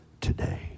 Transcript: today